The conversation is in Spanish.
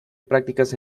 prácticas